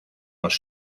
los